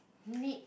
neat